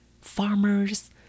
Farmers